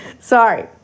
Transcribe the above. Sorry